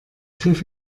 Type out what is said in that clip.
griff